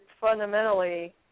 fundamentally